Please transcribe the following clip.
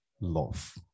love